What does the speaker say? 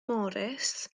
morris